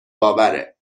باوره